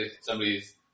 Somebody's